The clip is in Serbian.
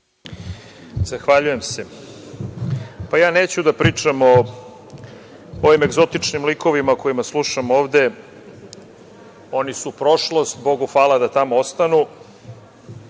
Zahvaljujem se. Neću da pričam o egzotičnim likovima o kojima slušam ovde. Oni su prošlost. Bogu hvala da tamo ostanu.